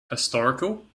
historical